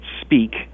speak